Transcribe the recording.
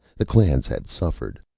the clans had suffered.